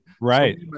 Right